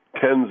tens